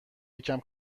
یکم